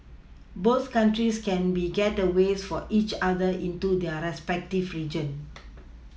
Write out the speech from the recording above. both countries can be gateways for each other into their respective region